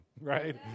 right